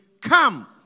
Come